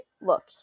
look